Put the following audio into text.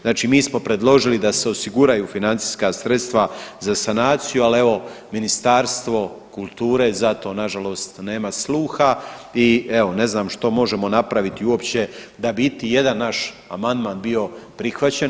Znači mi smo predložili da se osiguraju financijska sredstva za sanaciju, ali evo Ministarstvo kulture za to nažalost nema sluha i evo ne znam što možemo napraviti uopće da bi iti jedan naš amandman bio prihvaćen.